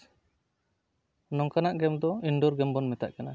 ᱱᱚᱝᱠᱟᱱᱟᱜ ᱜᱮᱢ ᱫᱚ indoor game ᱵᱚᱱ ᱢᱮᱛᱟᱜ ᱠᱟᱱᱟ